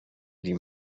die